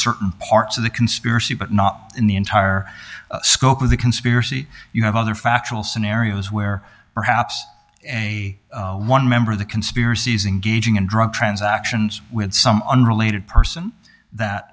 certain parts of the conspiracy but not in the entire scope of the conspiracy you have other factual scenarios where perhaps one member of the conspiracies engaging in drug transactions with some unrelated person that